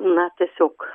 na tiesiog